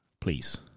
please